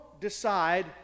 decide